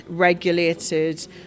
regulated